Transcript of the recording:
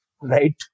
Right